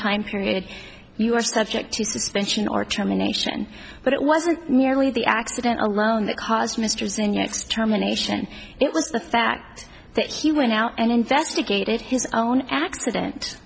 time period you are subject to suspension or trauma nation but it wasn't merely the accident alone that caused misters in your extermination it was the fact that he went out and investigated his own accident